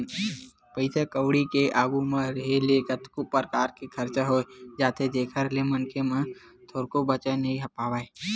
पइसा कउड़ी के आघू म रेहे ले कतको परकार के खरचा होई जाथे जेखर ले मनखे ह थोरको बचा नइ पावय